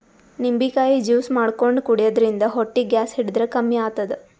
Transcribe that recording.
ನಿಂಬಿಕಾಯಿ ಜ್ಯೂಸ್ ಮಾಡ್ಕೊಂಡ್ ಕುಡ್ಯದ್ರಿನ್ದ ಹೊಟ್ಟಿ ಗ್ಯಾಸ್ ಹಿಡದ್ರ್ ಕಮ್ಮಿ ಆತದ್